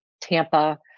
Tampa